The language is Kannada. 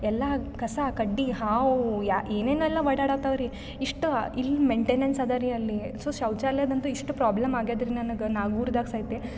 ಎಲ್ಲ ಕಸ ಕಡ್ಡಿ ಹಾವು ಯಾ ಏನೇನೆಲ್ಲ ಒಡಾಡತಾವ ರೀ ಇಷ್ಟು ಇಲ್ ಮೇಂಟೇನನ್ಸ್ ಅದ ರೀ ಅಲ್ಲಿ ಸೊ ಶೌಚಾಲಯದಂತು ಇಷ್ಟು ಪ್ರಾಬ್ಲಮ್ ಆಗ್ಯಾದ ರೀ ನನಗೆ ನಾಗೂರ್ದಾಗೆ ಸಯಿತೆ